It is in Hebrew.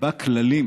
יקבע כללים,